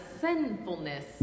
sinfulness